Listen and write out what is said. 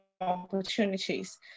opportunities